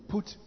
Put